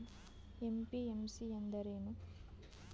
MPMC ಎಂದರೇನು?